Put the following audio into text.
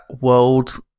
world